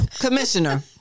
Commissioner